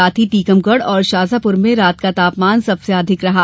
साथ ही टीकमगढ़ और शाजापुर में रात का तापमान सबसे अधिक रहा